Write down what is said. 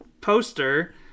poster